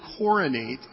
coronate